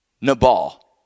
Nabal